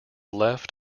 left